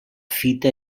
fita